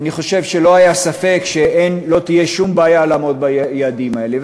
אני חושב שלא היה ספק שלא תהיה שום בעיה לעמוד ביעדים האלה.